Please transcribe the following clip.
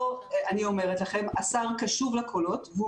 אני אומרת לכם שהשר קשוב לקולות והוא